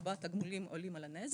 שבו התגמולים עולים על הנזק,